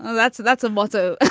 that's a that's a motto.